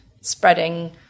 spreading